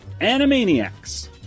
Animaniacs